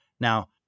Now